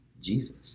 Jesus